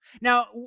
Now